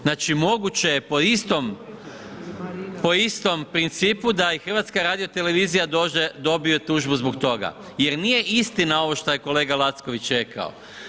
Znači moguće je po istom principu da i HRT dobije tužbu zbog toga jer nije istina ovo što je kolega Lacković rekao.